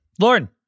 Lauren